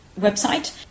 website